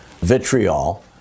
vitriol